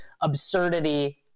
absurdity